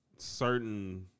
certain